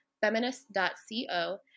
feminist.co